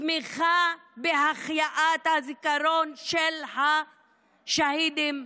תמיכה בהחייאת הזיכרון של השהידים,